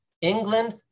England